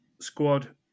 squad